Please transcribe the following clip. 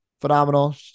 phenomenal